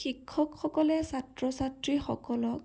শিক্ষকসকলে ছাত্ৰ ছাত্ৰীসকলক